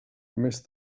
més